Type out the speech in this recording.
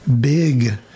big